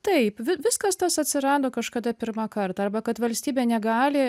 taip vi viskas tas atsirado kažkada pirmąkart arba kad valstybė negali